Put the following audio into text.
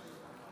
התשפ"ג 2022,